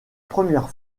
première